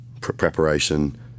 preparation